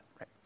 Right